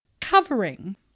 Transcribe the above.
covering